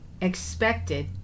expected